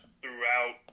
throughout